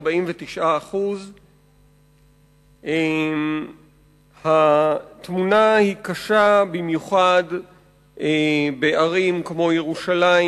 49%. התמונה קשה במיוחד בערים כמו ירושלים,